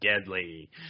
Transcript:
deadly